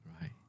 Right